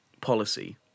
policy